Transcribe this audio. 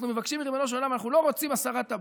אנחנו מבקשים מריבונו של עולם: אנחנו לא רוצים הסרת טבעת,